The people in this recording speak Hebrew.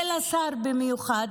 ולשר במיוחד,